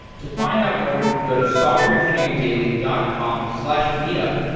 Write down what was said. to find out more, you can go to softwareengineeringdaily dot com slash meetup.